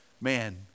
man